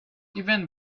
even